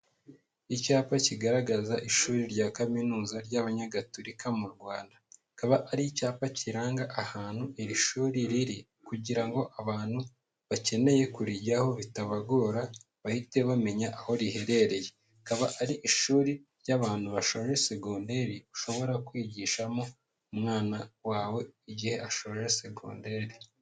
Icyapa kigaragaza ishuri rya Kaminuza ry'Abanyayagatulika mu Rwanda, akaba ari icyapa kiranga ahantu iri shuri riri kugira ngo abantu bakeneye kurijyaho bitabagora bahite bamenya aho riherereye, akaba ari ishuri ry'abantu bashoje segonderi ushobora kwigishamo umwana wawe igihe ashoje segonderi.